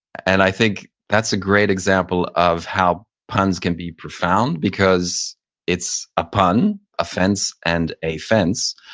and i think that's a great example of how puns can be profound because it's a pun, offense and a fence,